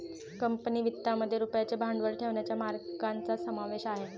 company वित्तामध्ये रुपयाचे भांडवल ठेवण्याच्या मार्गांचा समावेश आहे